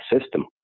system